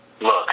look